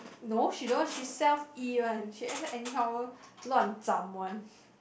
no she don't she self 医 one she a~ anyhow luan zam [one]